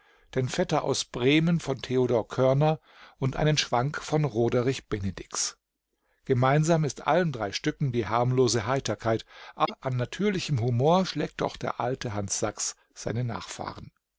den vetter aus bremen von theodor körner und einen schwank von roderich benedix gemeinsam ist allen drei stücken die harmlose heiterkeit aber an natürlichem humor schlägt doch der alte hans sachs seine nachfahren